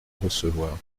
recevoir